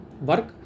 work